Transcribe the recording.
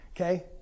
Okay